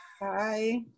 Hi